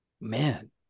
man